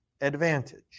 advantage